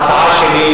השר,